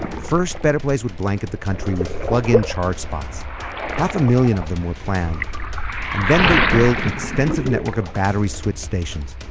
first, better place would blanket the country with plug-in charge spots half a million of them were planned and then they'd build an extensive network of battery switch stations.